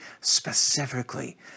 specifically